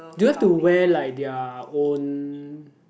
do you have to wear like their own